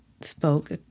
spoke